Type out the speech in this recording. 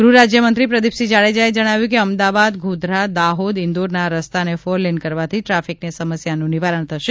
ગૃહ રાજ્યમંત્રી પ્રદિપસિંહ જાડેજાએ જણાવ્યું કે અમદાવાદ ગોધરા દાહોદ ઇન્દોરના રસ્તાને ફોર લેન કરવાથી ટ્રાફિકની સમસ્યાનું નિવારણ થશે